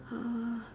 err